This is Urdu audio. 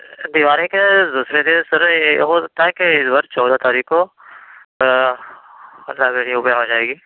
دیوالی کے دوسرے دِن سر یہ ہو سکتا ہے کہ اِس بار چودہ تاریخ کو لائبریری اوپن ہو جائے گی